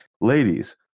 Ladies